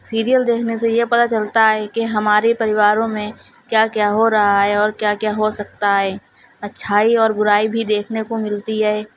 serial دیکھنے سے یہ پتا چلتا ہے کہ ہمارے پریواروں میں کیا کیا ہو رہا ہے اور کیا کیا ہو سکتا ہے اچھائی اور برائی بھی دیکھنے کو ملتی ہے